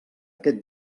aquest